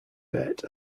bet